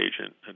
agent